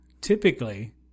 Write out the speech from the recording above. typically